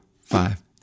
five